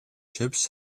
ships